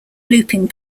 looping